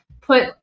put